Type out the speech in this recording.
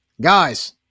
Guys